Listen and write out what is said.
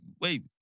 Wait